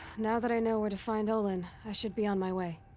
now that i know where to find olin. i should be on my way.